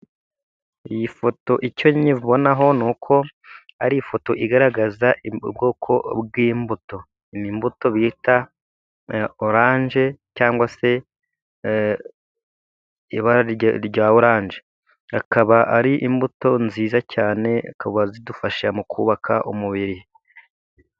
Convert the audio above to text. Iyi foto icyo nyibonaho n'uko ar'ifoto igaragaza ubwoko bw'imbuto. Imbuto bita orange cyangwa se ibara rya orange akaba ari imbuto nziza cyane ikaba zidufasha mu kubaka umubiri.